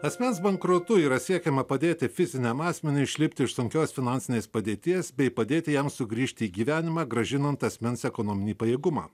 asmens bankrotu yra siekiama padėti fiziniam asmeniui išlipti iš sunkios finansinės padėties bei padėti jam sugrįžti į gyvenimą grąžinant asmens ekonominį pajėgumą